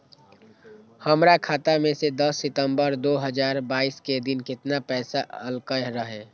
हमरा खाता में दस सितंबर दो हजार बाईस के दिन केतना पैसा अयलक रहे?